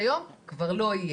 כבר לא יהיה,